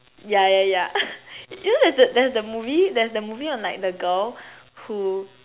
ya ya ya you know there is a movie there is a movie on like the girl who